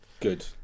Good